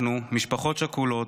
אנחנו משפחות שכולות,